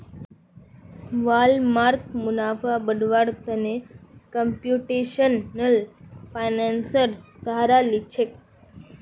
Walmart मुनाफा बढ़व्वार त न कंप्यूटेशनल फाइनेंसेर सहारा ली छेक